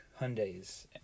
Hyundais